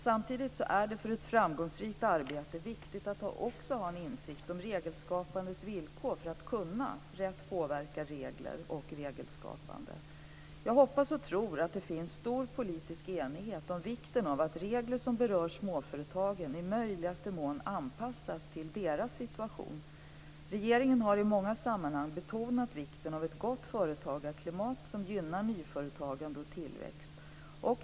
Samtidigt är det för ett framgångsrikt arbete viktigt att också ha en insikt om regelskapandets villkor för att rätt kunna påverka regler och regelskapande. Jag hoppas och tror att det finns stor politisk enighet om vikten av att regler som berör småföretagen i möjligaste mån anpassas till deras situation. Regeringen har i många sammanhang betonat vikten av ett gott företagarklimat som gynnar nyföretagande och tillväxt.